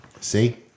See